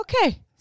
okay